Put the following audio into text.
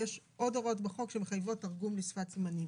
כי יש עוד הוראות בחוק שמחייבות תרגום לשפת סימנים.